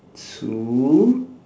two